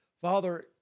Father